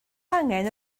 angen